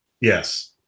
yes